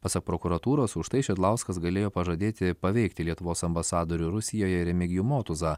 pasak prokuratūros už tai šidlauskas galėjo pažadėti paveikti lietuvos ambasadorių rusijoje remigijų motuzą